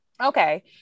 Okay